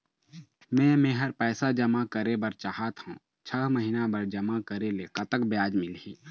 मे मेहर पैसा जमा करें बर चाहत हाव, छह महिना बर जमा करे ले कतक ब्याज मिलही?